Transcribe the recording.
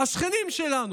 השכנים שלנו,